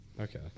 Okay